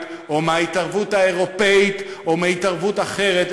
או מההתערבות האירופית או מהתערבות אחרת,